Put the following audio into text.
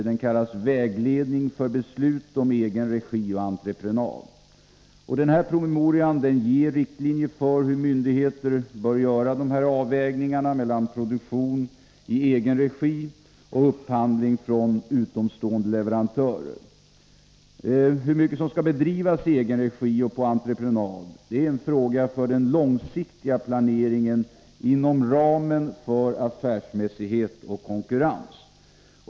Den kallas ”Vägledning för beslut om egenregi och entreprenad”. Denna promemoria ger riktlinjer för hur myndigheter bör göra avvägningarna mellan produktion i egen regi och upphandling från utomstående leverantörer. Hur mycket som skall bedrivas i egen regi och på entreprenad är en fråga för den långsiktiga planeringen inom ramen för affärsmässighet och konkurrens.